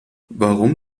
warum